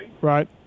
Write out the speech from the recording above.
Right